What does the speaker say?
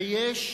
ויש,